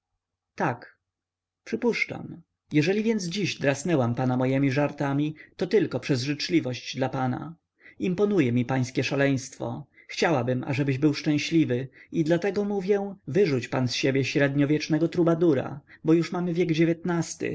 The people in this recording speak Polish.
tak przypuszczam jeżeli więc dziś drasnęłam pana mojemi żartami to tylko przez życzliwość dla pana imponuje mi pańskie szaleństwo chciałabym ażebyś był szczęśliwy i dlatego mówię wyrzuć pan z siebie średniowiecznego trubadura bo już mamy wiek dziewiętnasty